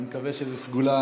אני מקווה שזאת סגולה